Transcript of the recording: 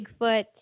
Bigfoot